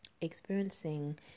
experiencing